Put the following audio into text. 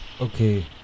okay